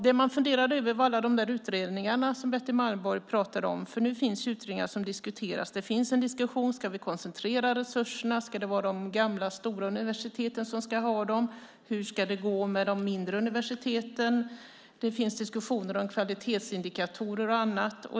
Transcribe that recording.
Det man funderade över var alla de utredningar som Betty Malmberg talade om. Nu finns utredningar som diskuteras, och det finns en diskussion. Ska vi koncentrera resurserna? Ska det vara de gamla stora universiteten som ska ha dem? Hur ska det gå med de mindre universiteten? Det finns diskussioner om kvalitetsindikatorer och annat.